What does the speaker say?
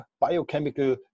biochemical